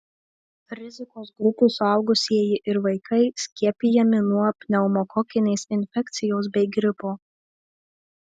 rizikos grupių suaugusieji ir vaikai skiepijami nuo pneumokokinės infekcijos bei gripo